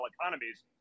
economies